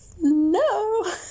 no